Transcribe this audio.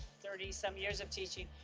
thirty some years of teaching,